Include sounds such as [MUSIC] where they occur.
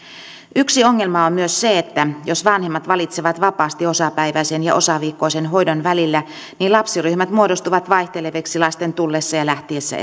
yksi ongelma on myös se että jos vanhemmat valitsevat vapaasti osapäiväisen ja osaviikkoisen hoidon välillä niin lapsiryhmät muodostuvat vaihteleviksi lasten tullessa ja lähtiessä [UNINTELLIGIBLE]